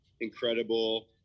incredible